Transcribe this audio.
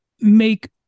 make